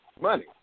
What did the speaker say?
money